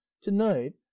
to-night